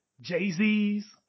Jay-Z's